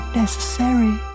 necessary